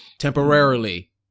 Temporarily